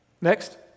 Next